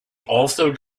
also